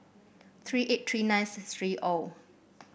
three eight three nine three O